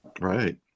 Right